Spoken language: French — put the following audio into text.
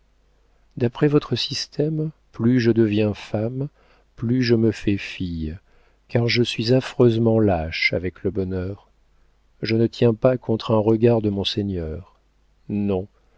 d'après votre système plus je deviens femme plus je me fais fille car je suis affreusement lâche avec le bonheur je ne tiens pas contre un regard de mon